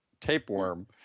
tapeworm